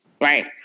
right